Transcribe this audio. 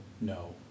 no